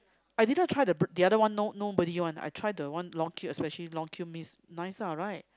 I didn't try the br~ the other one no nobody one especially long queue one means nice right